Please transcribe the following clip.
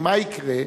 כי מה יקרה?